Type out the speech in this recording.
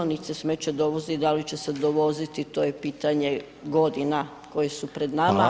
Niti se smeće dovozi i da li će se dovoziti to je pitanje godina koje su pred nama.